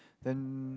then